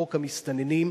חוק המסתננים,